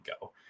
go